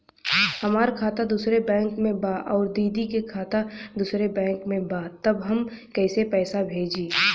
हमार खाता दूसरे बैंक में बा अउर दीदी का खाता दूसरे बैंक में बा तब हम कैसे पैसा भेजी?